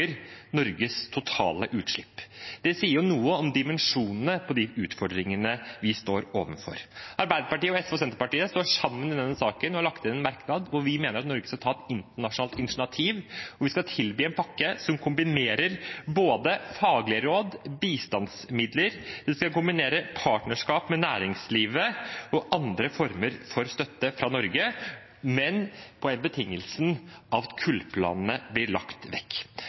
ganger Norges totale utslipp. Det sier noe om dimensjonene på de utfordringene vi står overfor. Arbeiderpartiet, SV og Senterpartiet står sammen i denne saken og har lagt inn en merknad hvor vi mener at Norge skal ta et internasjonalt initiativ og tilby en pakke som kombinerer både faglige råd og bistandsmidler. Vi skal kombinere partnerskap med næringslivet og andre former for støtte fra Norge, men på den betingelsen at kullplanene blir lagt vekk.